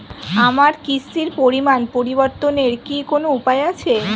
আমার কিস্তির পরিমাণ পরিবর্তনের কি কোনো উপায় আছে?